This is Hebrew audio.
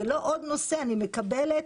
אני מקבלת